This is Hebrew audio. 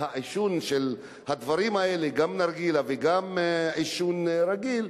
העישון של הדברים האלה, גם נרגילה וגם עישון רגיל,